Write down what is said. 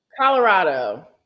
Colorado